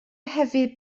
hefyd